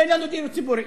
אין לנו דיור ציבורי.